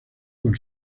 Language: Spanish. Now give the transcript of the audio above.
con